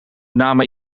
namen